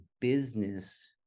business